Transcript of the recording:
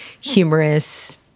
humorous